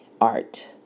Art